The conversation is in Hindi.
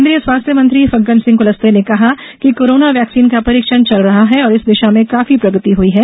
केन्द्रीय स्वास्थ्य मंत्री फग्गन सिंह कुलस्ते ने कहा कि कोरोना वैक्सीन का परीक्षण चल रहा है और इस दिशा में काफी प्रगति हुई है